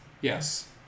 Yes